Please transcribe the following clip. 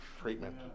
treatment